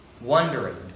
wondering